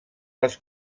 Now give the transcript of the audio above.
les